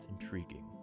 intriguing